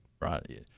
right